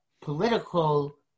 political